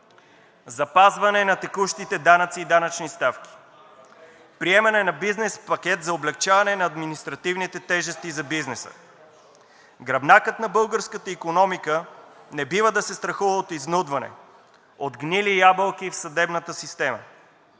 запазване на текущите данъци и данъчни ставки; приемане на бизнес пакет за облекчаване на административните тежести за бизнеса. Гръбнакът на българската икономика не бива да се страхува от изнудване, от гнили ябълки в съдебната система,